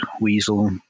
weasel